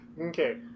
Okay